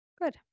Good